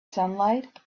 sunlight